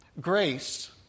Grace